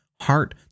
heart